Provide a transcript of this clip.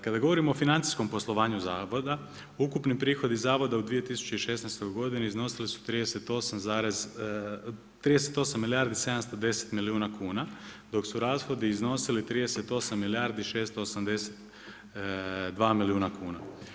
Kada govorimo o financijskom poslovanju zavoda ukupni prihodi zavoda u 2016. godini iznosili su 38 milijardi 710 milijuna kuna dok su rashodi iznosili 38 milijardi 682 milijuna kuna.